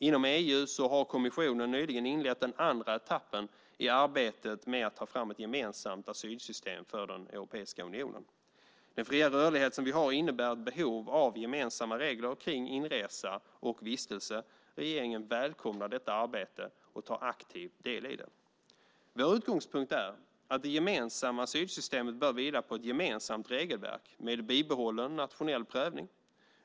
Inom EU har kommissionen nyligen inlett den andra etappen i arbetet med att ta fram ett gemensamt asylsystem för Europeiska unionen. Den fria rörlighet som vi har innebär ett behov av gemensamma regler kring inresa och vistelse. Regeringen välkomnar detta arbete och tar aktiv del i det. Vår utgångspunkt är att det gemensamma asylsystemet bör vila på ett gemensamt regelverk, med bibehållen nationell prövning.